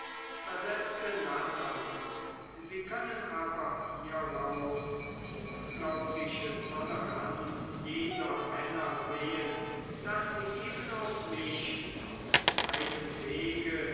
versetzte natalie sie können aber hieraus die unglaubliche toleranz jener männer sehen daß sie eben auch mich auf meinem wege